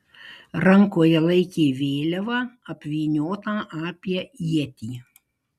rankoje laikė vėliavą apvyniotą apie ietį